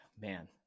Man